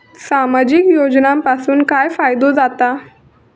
सामाजिक योजनांपासून काय फायदो जाता?